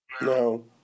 No